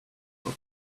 for